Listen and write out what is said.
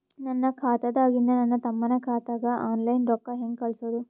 ನನ್ನ ಖಾತಾದಾಗಿಂದ ನನ್ನ ತಮ್ಮನ ಖಾತಾಗ ಆನ್ಲೈನ್ ರೊಕ್ಕ ಹೇಂಗ ಕಳಸೋದು?